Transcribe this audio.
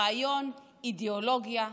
רעיון, אידיאולוגיה,